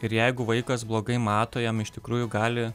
ir jeigu vaikas blogai mato jam iš tikrųjų gali